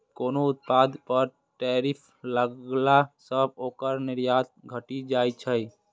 कोनो उत्पाद पर टैरिफ लगला सं ओकर निर्यात घटि जाइ छै